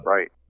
Right